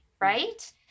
Right